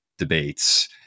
debates